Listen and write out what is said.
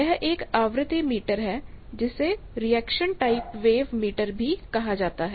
यह एक आवृत्ति मीटर है जिसे रिएक्शन टाइप वेव मीटर भी कहा जाता है